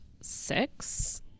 six